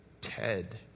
Ted